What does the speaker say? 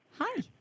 Hi